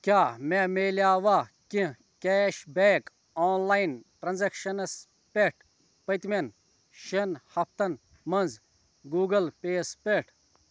کیٛاہ مےٚ مِلیووَہ کیٚنٛہہ کیش بیک آن لایِن ٹرٛانزٮ۪کشَنَس پٮ۪ٹھ پٔتۍمٮ۪ن شٮ۪ن ہفتن مَنٛز گوٗگل پے یَس پٮ۪ٹھ